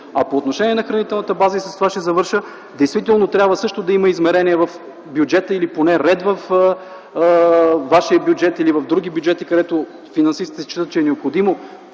По отношение на хранителната база, и с това ще завърша, действително трябва също да има измерения в бюджета или поне ред във вашия бюджет или в други бюджети, където финансистите считат, че е необходимо,